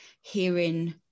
hearing